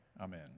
Amen